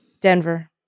Denver